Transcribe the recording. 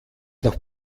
noch